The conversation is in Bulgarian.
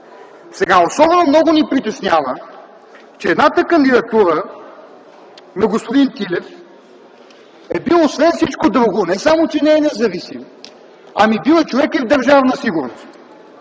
Особено много ни притеснява едната кандидатура – на господин Тилев. Той е бил освен всичко друго, не само че не е независим, ами бил е човекът и в Държавна сигурност.